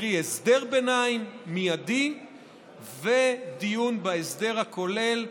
קרי, הסדר ביניים מיידי ודיון בהסדר הכולל,